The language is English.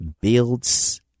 builds